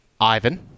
Ivan